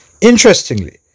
Interestingly